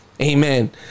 Amen